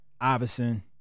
Iverson